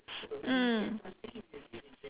mm